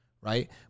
right